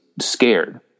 scared